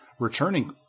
Returning